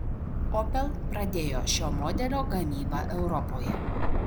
opel pradėjo šio modelio gamybą europoje